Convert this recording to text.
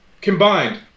Combined